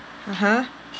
(uh huh)